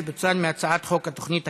שפוצל מהצעת חוק התוכנית הכלכלית.